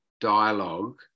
dialogue